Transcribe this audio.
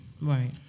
Right